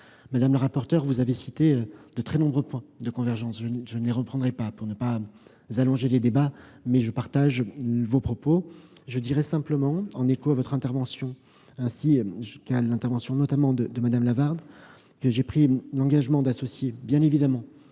Madame la rapporteur, vous avez cité de très nombreux points de convergence. Je ne les reprendrai pas pour ne pas allonger les débats, mais je partage vos propos. Je dirai simplement, en écho à votre intervention et à celle de Mme Lavarde, que j'ai pris l'engagement d'associer à